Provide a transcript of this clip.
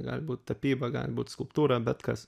gali būt tapyba gali būt skulptūra bet kas